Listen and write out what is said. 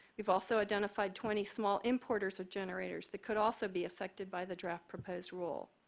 we've also identified twenty small importers of generators that could also be affected by the draft proposed rule.